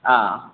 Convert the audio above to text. ಹಾಂ